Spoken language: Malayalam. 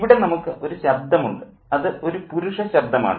ഇവിടെ നമുക്ക് ഒരു ശബ്ദം ഉണ്ട് അത് ഒരു പുരുഷ ശബ്ദമാണ്